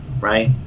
right